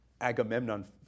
Agamemnon